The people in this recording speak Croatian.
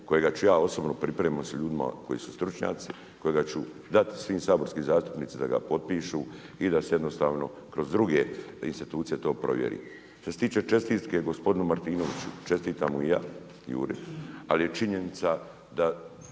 kojega ću ja osobno, pripremam sa ljudima koji su stručnjaci, kojega ću dati svim saborskim zastupnicima da ga potpišu, i da se jednostavno kroz druge institucije to provjeri. Što se tiče čestitke gospodinu Martinoviću, čestitam mu i ja. Ali je činjenica da